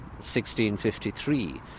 1653